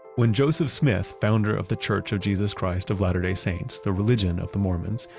when joseph smith, founder of the church of jesus christ of latter day saints, the religion of the mormons,